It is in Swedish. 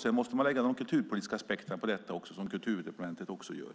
Sedan måste man lägga de kulturpolitiska aspekterna på detta, som Kulturdepartementet också gör.